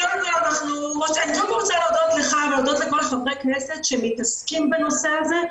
קודם כל אני רוצה להודות לך ולכל חברי הכנסת שמתעסקים בנושא הזה,